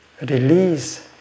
release